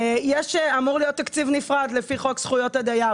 אמור להיות תקציב נפרד לפי חוק זכויות הדייר,